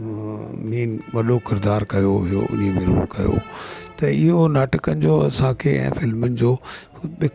main वॾो किरदारु कयो हुयो उनी मेरो कयो त इयो नाटकनि जो असांखे ऐं फिल्मनि जो